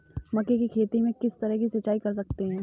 मक्के की खेती में किस तरह सिंचाई कर सकते हैं?